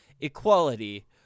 equality